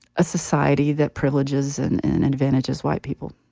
a society that privileges and advantages white people.